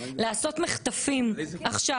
לעשות מחטפים עכשיו,